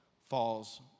falls